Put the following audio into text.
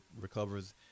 recovers